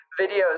videos